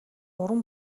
уран